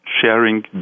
sharing